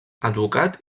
advocat